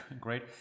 Great